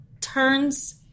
turns